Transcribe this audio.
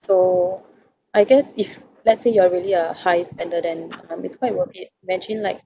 so I guess if let's say you are really a high spender then um it's quite worth it imagine like